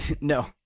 No